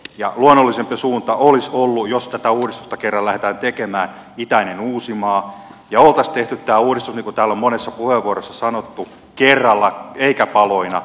luonnollisempi suunta olisi ollut jos tätä uudistusta kerran lähdetään tekemään itäinen uusimaa ja olisi tehty tämä uudistus niin kuin täällä on monessa puheenvuorossa sanottu kerralla eikä paloina